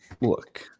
look